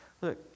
look